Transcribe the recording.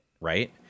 right